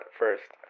first